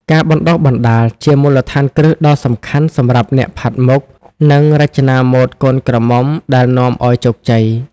ការបណ្តុះបណ្តាលជាមូលដ្ឋានគ្រឹះដ៏សំខាន់សម្រាប់អ្នកផាត់មុខ និងរចនាម៉ូដកូនក្រមុំ ដែលនាំឲ្យជោគជ័យ។